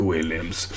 Williams